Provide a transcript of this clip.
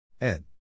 Ed